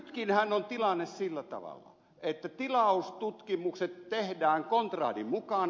nytkinhän on tilanne sillä tavalla että tilaustutkimukset tehdään kontrahdin mukaan